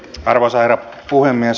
arvoisa herra puhemies